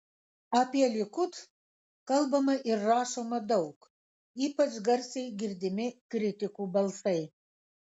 apie likud kalbama ir rašoma daug ypač garsiai girdimi kritikų balsai